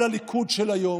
על הליכוד של היום?